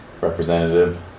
representative